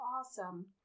awesome